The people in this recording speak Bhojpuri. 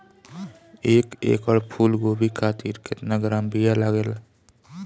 एक एकड़ फूल गोभी खातिर केतना ग्राम बीया लागेला?